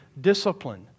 discipline